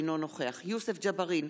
אינו נוכח יוסף ג'בארין,